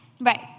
Right